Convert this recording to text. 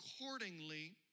accordingly